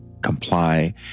comply